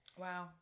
Wow